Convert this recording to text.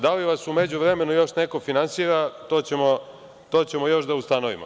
Da li vas je u međuvremenu još neko finansirao to ćemo još da ustanovimo.